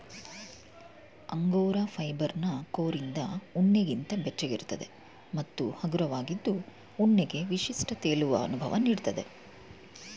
angora ಫೈಬರ್ನ ಕೋರಿಂದ ಉಣ್ಣೆಗಿಂತ ಬೆಚ್ಚಗಿರ್ತದೆ ಮತ್ತು ಹಗುರವಾಗಿದ್ದು ಉಣ್ಣೆಗೆ ವಿಶಿಷ್ಟ ತೇಲುವ ಅನುಭವ ನೀಡ್ತದೆ